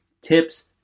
tips